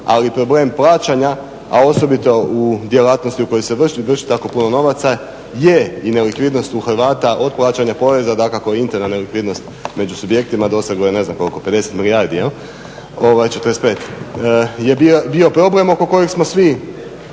ali problem plaćanja, a osobito u djelatnosti u kojoj se već vrti tako puno novaca je i nelikvidnost u Hrvata, od plaćanja poreza, dakako interna nelikvidnost među subjektima dosegla je, ne znam koliko, 50 milijardi, 45 je bio problem oko kojeg smo svi